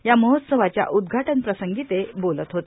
या महोत्सवाच्या उदघाटनप्रसंगी ते बोलत होते